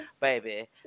baby